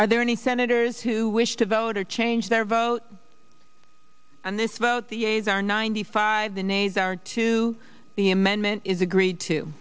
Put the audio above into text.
are there any senators who wish to vote or change their vote on this about the a's are ninety five the nays are two the amendment is agreed to